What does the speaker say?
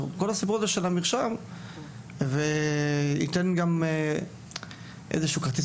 כל הסיפור של המרשם ייתן גם איזה שהוא כרטיס